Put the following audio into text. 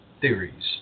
theories